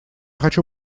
хочу